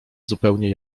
zupełnie